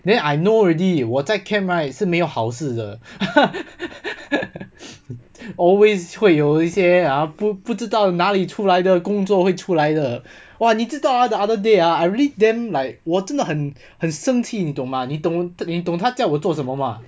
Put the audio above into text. then I know already 我在 camp right 是没有好事的 always 会有一些啊不不知道哪里出来的工作会出来的哇你知道 ah the other day ah I really damn like 我真的很很生气你懂吗你懂都你懂他叫我做什么吗